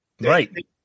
Right